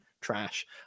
Trash